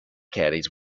caddies